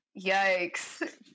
Yikes